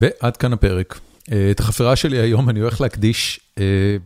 ועד כאן הפרק, את החפירה שלי היום, אני הולך להקדיש.